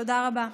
תודה רבה.